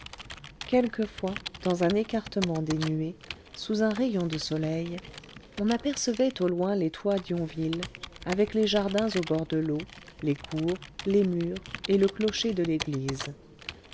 quelquefois dans un écartement des nuées sous un rayon de soleil on apercevait au loin les toits d'yonville avec les jardins au bord de l'eau les cours les murs et le clocher de l'église